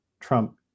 Trump